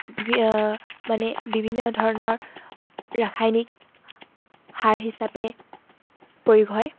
মানে বিভিন্ন ধৰণৰ ৰাসায়নিক সাৰ হিচাপে প্ৰয়োগ হয়